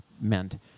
meant